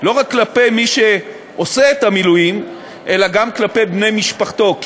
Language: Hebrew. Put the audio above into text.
ולא רק כלפי מי שעושה את המילואים אלא גם כלפי בני משפחתו.